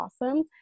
awesome